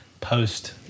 post